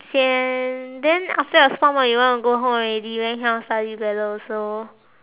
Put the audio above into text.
sian then after your sport mod you want to go home already then cannot study together also